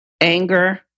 anger